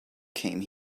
came